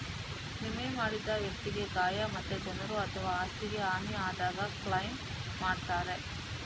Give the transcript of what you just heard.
ವಿಮೆ ಮಾಡಿದ ವ್ಯಕ್ತಿಗೆ ಗಾಯ ಮತ್ತೆ ಜನರು ಅಥವಾ ಆಸ್ತಿಗೆ ಹಾನಿ ಆದಾಗ ಕ್ಲೈಮ್ ಮಾಡ್ತಾರೆ